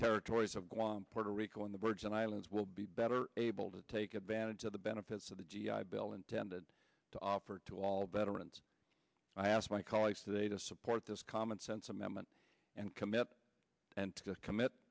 territories of guam puerto rico and the virgin islands will be better able to take advantage of the benefits of the g i bill intended to offer to all veterans i asked my colleagues today to support this common sense amendment and commit and commit